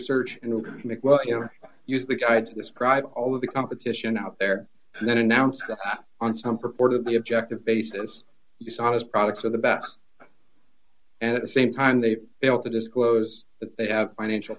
search and make well you know use the guides to describe all of the competition out there and then announced on some purportedly objective basis dishonest products are the best and at the same time they fail to disclose that they have financial